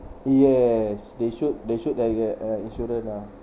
yes they should they should like uh a insurance lah